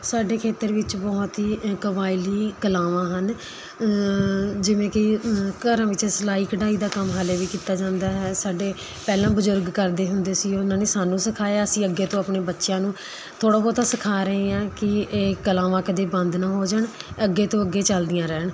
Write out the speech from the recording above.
ਸਾਡੇ ਖੇਤਰ ਵਿੱਚ ਬਹੁਤ ਹੀ ਕਬਾਇਲੀ ਕਲਾਵਾਂ ਹਨ ਜਿਵੇਂ ਕਿ ਘਰਾਂ ਵਿੱਚ ਸਿਲਾਈ ਕਢਾਈ ਦਾ ਕੰਮ ਹਾਲੇ ਵੀ ਕੀਤਾ ਜਾਂਦਾ ਹੈ ਸਾਡੇ ਪਹਿਲਾਂ ਬਜ਼ੁਰਗ ਕਰਦੇ ਹੁੰਦੇ ਸੀ ਉਹਨਾਂ ਨੇ ਸਾਨੂੰ ਸਿਖਾਇਆ ਅਸੀਂ ਅੱਗੇ ਤੋਂ ਆਪਣੇ ਬੱਚਿਆਂ ਨੂੰ ਥੋੜ੍ਹਾ ਬਹੁਤ ਸਿਖਾ ਰਹੇ ਹਾਂ ਕਿ ਇਹ ਕਲਾਵਾਂ ਕਦੇ ਬੰਦ ਨਾ ਹੋ ਜਾਣ ਅੱਗੇ ਤੋਂ ਅੱਗੇ ਚੱਲਦੀਆਂ ਰਹਿਣ